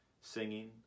singing